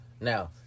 now